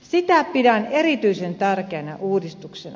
sitä pidän erityisen tärkeänä uudistuksena